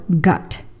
gut